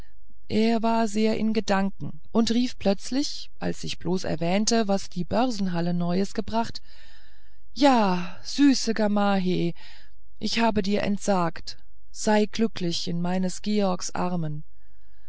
er war sehr in gedanken und rief plötzlich als ich bloß erwähnte was die börsenhalle neues gebracht ja süße gamaheh ich habe dir entsagt sei glücklich in meines georgs armen